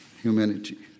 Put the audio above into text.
humanity